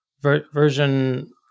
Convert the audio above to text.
version